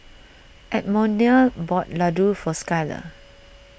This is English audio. Edmonia bought Ladoo for Skyler